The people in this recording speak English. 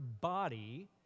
body